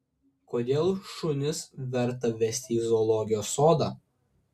kodėl šunis verta vesti į zoologijos sodą